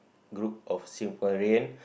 group of Singaporean